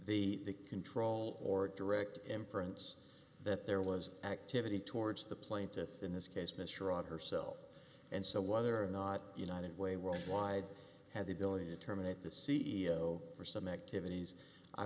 the control or direct inference that there was activity towards the plaintiff in this case misra herself and so whether or not united way worldwide had the ability to terminate the c e o for some activities i